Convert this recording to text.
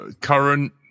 Current